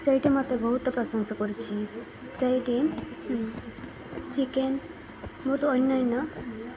ସେଇଠି ମତେ ବହୁତ ପ୍ରଶଂସା କରୁଛି ସେଇଠି ଚିକେନ ବହୁତ ଅନନ୍ୟ